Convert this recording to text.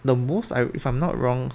the most I if I'm not wrong